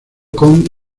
con